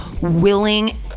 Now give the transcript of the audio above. willing